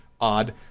odd